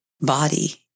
body